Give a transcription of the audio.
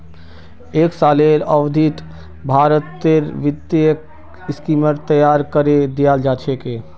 एक सालेर अवधित भारतेर वित्तीय स्कीमक तैयार करे दियाल जा छे